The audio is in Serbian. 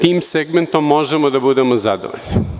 Tim segmentom možemo da budemo zadovoljni.